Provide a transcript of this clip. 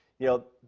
you know,